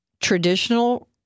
traditional